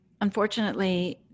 unfortunately